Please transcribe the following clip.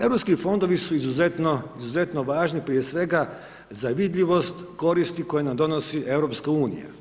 EU fondovi su izuzetno važni, prije svega, za vidljivost koristi koje nam donosi EU.